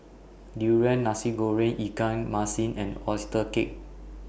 Durian Nasi Goreng Ikan Masin and Oyster Cake